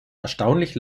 erstaunlich